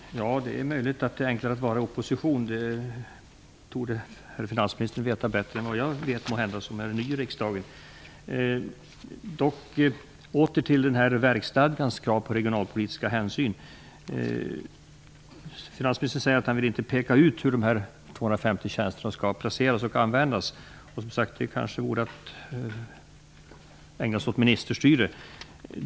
Fru talman! Det är möjligt att det är enklare att vara i opposition. Det torde herr finansministern måhända veta bättre än jag, som är ny i riksdagen. Åter till verksstadgans krav på regionalpolitiska hänsyn. Finansministern säger att han inte vill peka ut hur dessa 250 tjänster skall placeras och användas. Det kanske vore att ägna sig åt ministerstyre.